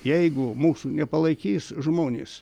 jeigu mūsų nepalaikys žmonės